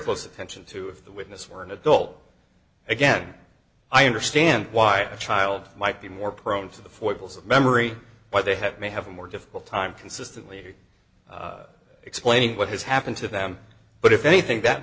close attention to if the witness were an adult again i understand why a child might be more prone to the foibles of memory but they have may have a more difficult time consistently explaining what has happened to them but if anything that